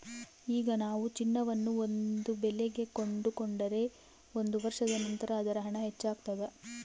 ಈಗ ನಾವು ಚಿನ್ನವನ್ನು ಒಂದು ಬೆಲೆಗೆ ಕೊಂಡುಕೊಂಡರೆ ಒಂದು ವರ್ಷದ ನಂತರ ಅದರ ಹಣ ಹೆಚ್ಚಾಗ್ತಾದ